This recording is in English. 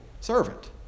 servant